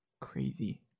crazy